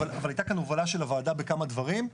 אבל הייתה כאן הובלה של הוועדה בכמה דברים.